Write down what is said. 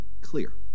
clear